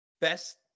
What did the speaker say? best